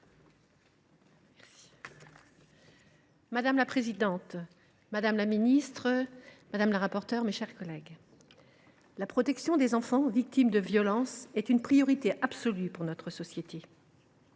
Madame la présidente, madame la ministre, mes chers collègues, la protection des enfants victimes de violences est une priorité absolue pour notre société.